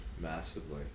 massively